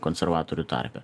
konservatorių tarpe